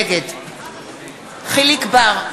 נגד יחיאל חיליק בר,